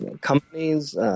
companies –